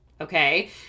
Okay